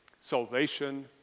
salvation